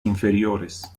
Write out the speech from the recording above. inferiores